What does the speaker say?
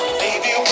baby